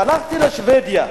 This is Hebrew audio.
הלכתי לשבדיה.